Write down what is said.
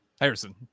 Harrison